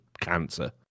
cancer